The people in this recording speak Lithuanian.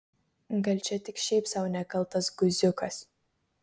gal čia tik šiaip sau nekaltas guziukas